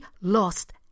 lost